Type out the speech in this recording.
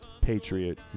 patriot